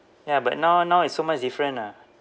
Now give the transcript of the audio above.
ya but now now is so much different ah